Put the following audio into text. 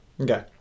Okay